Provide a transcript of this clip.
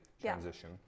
transition